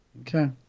Okay